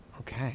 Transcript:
Okay